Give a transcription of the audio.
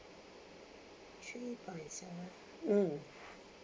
three point seven mm